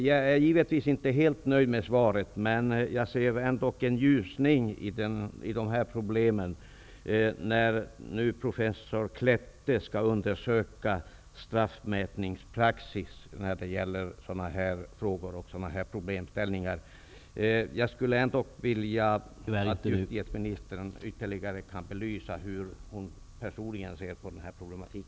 Jag är inte helt nöjd med svaret, men jag ser det ändock som en ljusning att professor Klette nu skall undersöka straffmätningspraxis i sådana här mål. Jag skulle ändå vilja att justitieministern ytterligare belyste hur hon personligen ser på denna problematik.